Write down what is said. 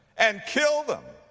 and kill them.